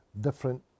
different